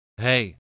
hey